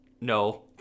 No